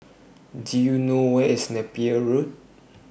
Do YOU know Where IS Napier Road